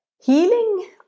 Healing